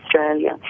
Australia